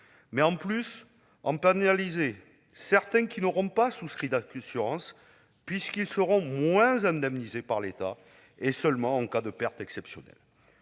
mais aussi pénaliser ceux qui n'auront pas souscrit d'assurance, puisqu'ils seront moins indemnisés par l'État et seulement en cas de pertes exceptionnelles.